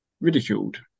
ridiculed